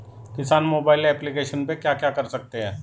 किसान mobile application पे क्या क्या कर सकते हैं?